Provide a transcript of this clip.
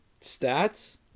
stats